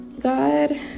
God